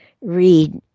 read